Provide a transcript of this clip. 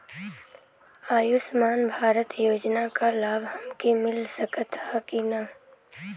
आयुष्मान भारत योजना क लाभ हमके मिल सकत ह कि ना?